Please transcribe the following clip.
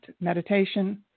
meditation